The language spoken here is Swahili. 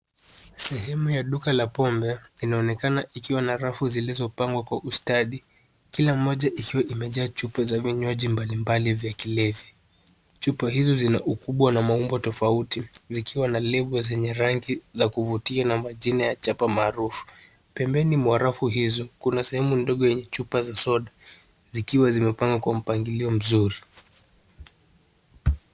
Sehemu la duka la pombe inaonekana ikiwa na rafu zilizopangwa kwa ustadi. Kila moja ikiwa imejaa chupa za vinywaji mbalimbali za kilevi. Chupa hizo zina ukubwa na maumbo tofauti zikiwa na (cs)liquor(cs) zenye rangi za kuvutia na majina ya chapa maarufu. Pembeni mwa rafu hizo kuna sehemu ndogo yenye chupa za soda zikiwa zimepangwa kwa mpangilio mzuri.